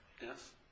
Yes